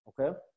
okay